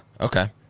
okay